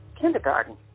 kindergarten